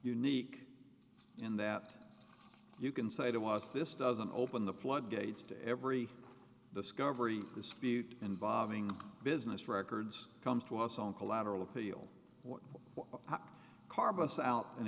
unique in that you can say to watch this doesn't open the floodgates to every discovery dispute involving business records comes to us on collateral appeal